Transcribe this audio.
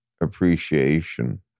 appreciation